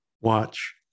watch